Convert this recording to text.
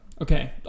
Okay